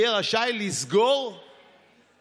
יהיה רשאי יהיה לסגור עסק,